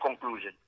conclusion